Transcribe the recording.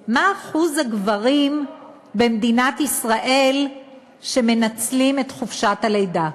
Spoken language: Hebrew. מה אחוז הגברים במדינת ישראל שמנצלים את חופשת הלידה?